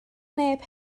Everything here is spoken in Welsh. neb